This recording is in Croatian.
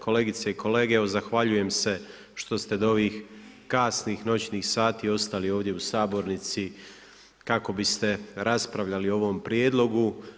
Kolegice i kolege, zahvaljujem se što ste do ovih kasnih noćnih sati ostali ovdje u sabornici kako biste raspravljali o ovim prijedlogu.